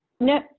No